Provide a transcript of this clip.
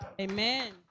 Amen